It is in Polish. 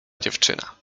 dziewczyna